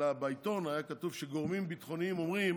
אלא בעיתון היה כתוב שגורמים ביטחוניים אומרים